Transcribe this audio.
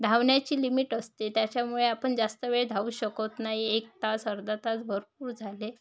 धावण्याची लिमिट असते त्याच्यामुळे आपण जास्त वेळ धावू शकत नाही एक तास अर्धा तास भरपूर झाले